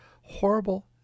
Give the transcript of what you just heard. Horrible